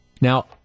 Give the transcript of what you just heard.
Now